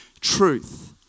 truth